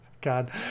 God